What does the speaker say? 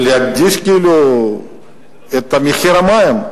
כאילו את מחיר המים,